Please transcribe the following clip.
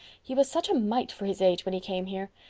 he was such a mite for his age when he came here.